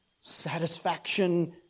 satisfaction